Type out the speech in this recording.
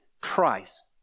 Christ